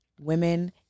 women